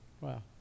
Wow